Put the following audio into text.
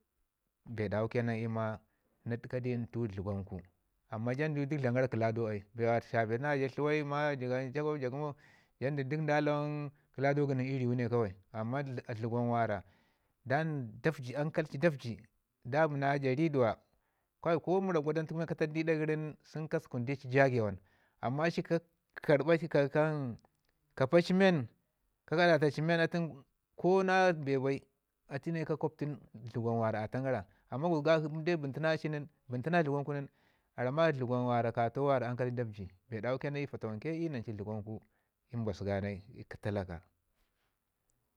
Bee dawu ke nan iyu ma na dəka du i ntu dləkwan gu. Amman duk jandu dlamən gara kəlado ai bee shapee tuna ja tluwai ma ja jakwaɓi ja gəmu jandu duk da lawan kəlado gə nin i riwu ne. Amman dləkwan mi ankai ci dauji nda bi na ja riduwa ko mərak gwaɗan tuku men ka taɗɗu aɗu gəri men sən ka sukuni di ci jagewan amman a ci karɓa ci kan kapa ci men atun ko na bee bai atu ne ka kwabtun dləkwan wara atan gara. Amman gusku ka lawan gu bəntu na a cin a rama dləkwan mi nara katau mi ankai ci dauji bee dawu ke nan fatawanke iyu nancu dləkwanku i mbasu ga nai i talaka.